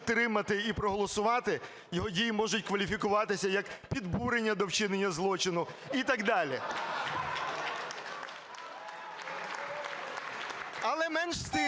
підтримати і проголосувати", його дії можуть кваліфікуватися, як підбурення до вчинення злочину і так далі. (Оплески)